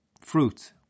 fruit